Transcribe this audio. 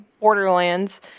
Borderlands